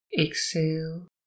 exhale